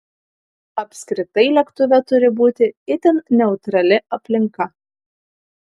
apskritai lėktuve turi būti itin neutrali aplinka